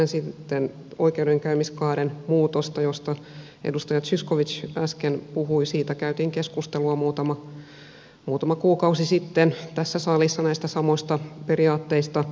ajattelen oikeudenkäymiskaaren muutosta josta edustaja zyskowicz äsken puhui siitä käytiin keskustelua muutama kuukausi sitten tässä salissa näistä samoista periaatteista